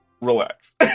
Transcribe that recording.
relax